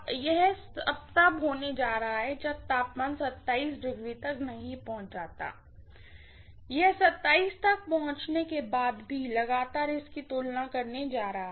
यह तब तक होने जा रहा है जब तक तापमान तक नहीं पहुंच जाता है यह तक पहुंचने के बाद भी लगातार इसकी तुलना करने जा रहा है